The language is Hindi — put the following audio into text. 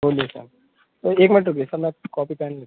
बोलिए सर तो एक मिनट रुकिए सर मैं कॉपी पेन